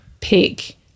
pick